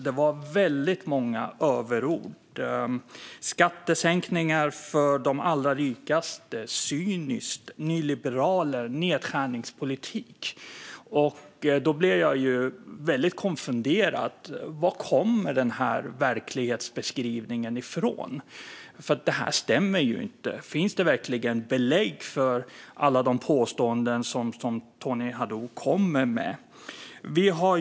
Det var väldigt många överord: skattesänkningar för de allra rikaste, cyniskt, nyliberaler och nedskärningspolitik. Jag blir konfunderad. Var kommer denna verklighetsbeskrivning från? Den stämmer ju inte. Finns det verkligen belägg för alla Tony Haddous påståenden?